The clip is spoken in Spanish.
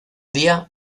día